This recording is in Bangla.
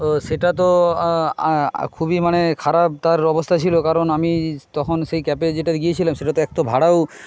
সেটা তো খুবই মানে খারাপ তার অবস্থা ছিল কারণ আমি তখন সেই ক্যাবে যেটায় গিয়েছিলাম সেটা তো এক তো ভাড়াও